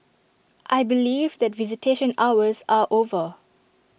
I believe that visitation hours are over